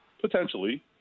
potentially